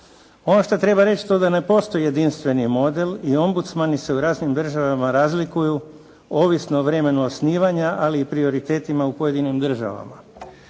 Ono šta treba reći je to da ne postoji jedinstveni model i ombudsmani su u raznim državama razlikuju, ovisno o vremenu osnivanja, ali i prioritetima u pojedinim državama.